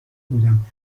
بودم